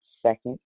second